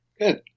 Good